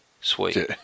Sweet